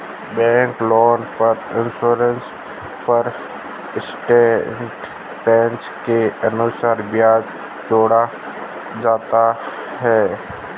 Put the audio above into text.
bank loan पर annual percentage rate के अनुसार ब्याज जोड़ा जाता है